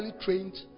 trained